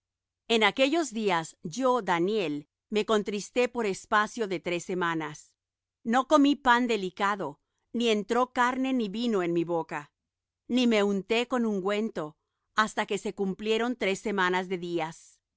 en aquellos días yo daniel me contristé por espacio de tres semanas no comí pan delicado ni entró carne ni vino en mi boca ni me unté con ungüento hasta que se cumplieron tres semanas de días y á los